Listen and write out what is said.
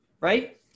Right